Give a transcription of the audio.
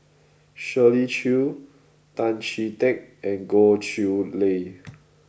Shirley Chew Tan Chee Teck and Goh Chiew Lye